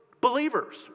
believers